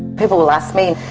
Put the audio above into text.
people will ask me,